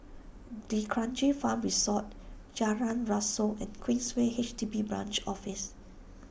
D'Kranji Farm Resort Jalan Rasok and Queensway H D B Branch Office